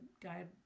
guide